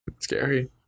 Scary